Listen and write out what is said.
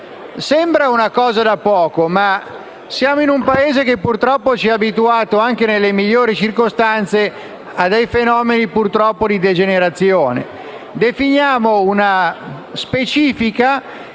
Sembra una cosa da poco, ma siamo in un Paese che purtroppo ci ha abituato, anche nelle migliori circostanze, a fenomeni di degenerazione. Definiamo una specifica